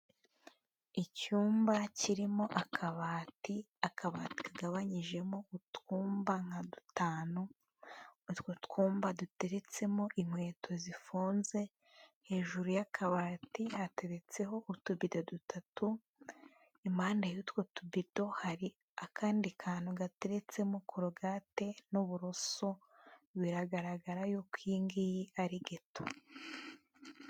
Icyumba kirimo akabati, akabati kagabanyijemo utwumba nka dutanu, utwo twumba duteretsemo inkweto zifunze, hejuru y'akabati hateretseho utubido dutatu, impande y'utwo tubido hari akandi kantu gateretsemo korogate n'uburoso, biragaragara y'uko iyi ngiyi ari geto.